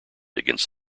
against